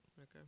Okay